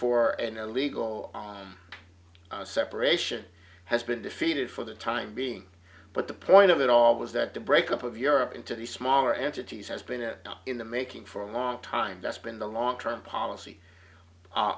for an illegal separation has been defeated for the time being but the point of it all was that the breakup of europe into the smaller entities has been a knot in the making for a long time that's been the long term policy